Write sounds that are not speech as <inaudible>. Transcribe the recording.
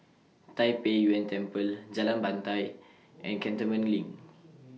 Tai Pei Yuen Temple Jalan Batai <noise> and Cantonment LINK <noise>